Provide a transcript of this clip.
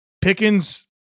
Pickens